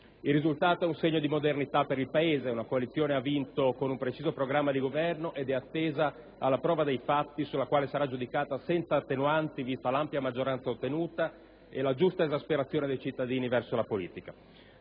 Il risultato è un segno di modernità per il Paese: una coalizione ha vinto con un preciso programma di governo ed è attesa alla prova dei fatti, sulla quale sarà giudicata senza attenuanti, vista l'ampia maggioranza ottenuta e la giusta esasperazione dei cittadini verso la politica.